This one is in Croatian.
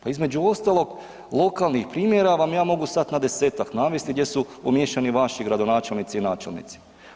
Pa između ostalog lokalnih primjera vam ja mogu sada na 10-tak navesti gdje su umiješani vaši gradonačelnici i načelnici.